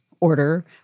order